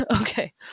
Okay